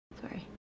Sorry